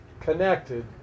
connected